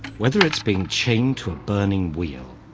whether it's being chained to a burning wheel,